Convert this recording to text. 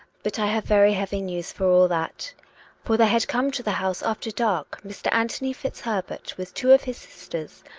but i have very heavy news, for all that for there had come to the house after dark mr. anthony fitzherbert, with two of his sisters,